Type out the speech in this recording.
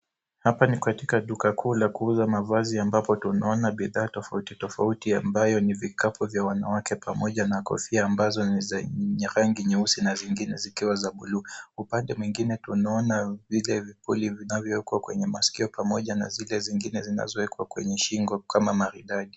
Hapa ni katika duka kuu la kuuza mavazi ambapo tunaona bidhaa tofauti tofauti ambayo ni vikapu vya wanawake pamoja na ngozi ambazo ni za rangi nyeusi na vingine vikiwa za buluu. Upande mwengine tunaona vinavyowekwa kwenye masikio pamoja na zingine zinazowekwa kwenye shingo kama maridadi.